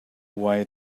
why